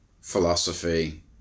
philosophy